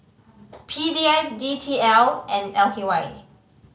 P D I D T L and L K Y